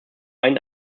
einen